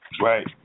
Right